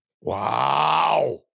Wow